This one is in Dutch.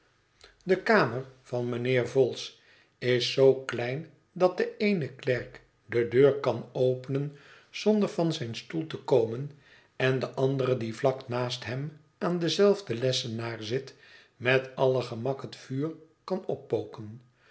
de kamer van mijnheer vholes is zoo klein dat de eene klerk de deur kan openen zonder van zijn stoel te komen en de ander die vlak naast hem aan denzelfden lessenaar zit met alle gemak het vuur kan oppoken